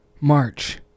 March